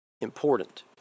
important